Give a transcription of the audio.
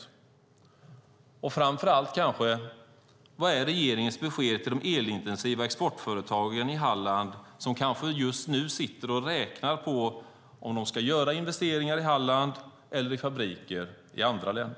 Och kanske framför allt: Vad är regeringens besked till de elintensiva exportföretagen i Halland, som kanske just nu sitter och räknar på om de ska göra investeringar i Halland eller i fabriker i andra länder?